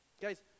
Guys